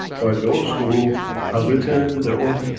by those who have written their own